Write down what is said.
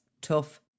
Tough